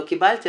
לא קיבלתי,